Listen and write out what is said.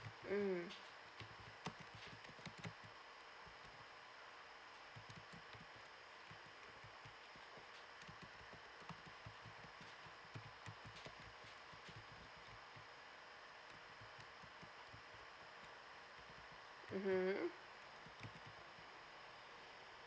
mm mmhmm